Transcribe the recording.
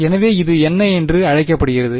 எனவே இது என்ன என்று அழைக்கப்படுகிறது